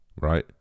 Right